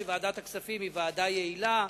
שוועדת הכספים היא ועדה יעילה,